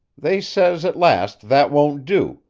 they says at last that won't do,